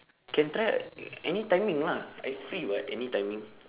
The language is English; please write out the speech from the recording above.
can try any timing lah I free [what] any timing